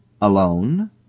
Alone